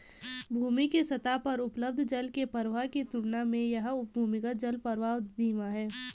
भूमि के सतह पर उपलब्ध जल के प्रवाह की तुलना में यह भूमिगत जलप्रवाह धीमा है